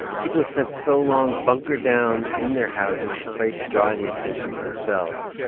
people had spent so long bunkered down in their houses, afraid to draw any attention to themselves.